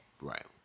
Right